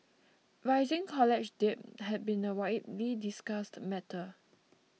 rising college debt has been a widely discussed matter